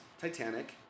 Titanic